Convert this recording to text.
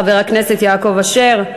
חבר הכנסת יעקב אשר.